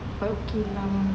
okay lah